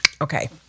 Okay